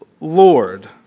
Lord